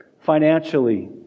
financially